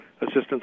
assistance